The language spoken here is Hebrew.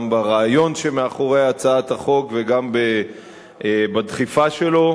גם ברעיון שמאחורי הצעת החוק וגם בדחיפה שלו,